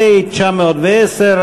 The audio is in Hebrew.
פ/910,